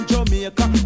Jamaica